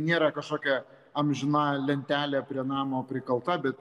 nėra kažkokia amžina lentelė prie namo prikalta bet